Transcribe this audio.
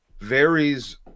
varies